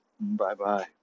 Bye-bye